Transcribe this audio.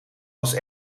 was